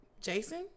Jason